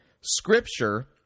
Scripture